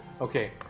Okay